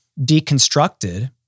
deconstructed